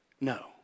No